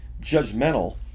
judgmental